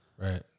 Right